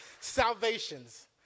Salvations